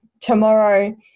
tomorrow